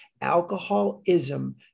Alcoholism